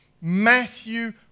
Matthew